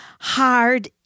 hard